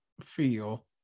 feel